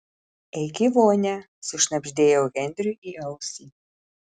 eik į vonią sušnabždėjau henriui į ausį